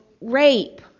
rape